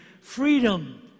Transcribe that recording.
freedom